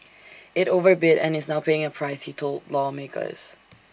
IT overbid and is now paying A price he told lawmakers